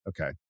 Okay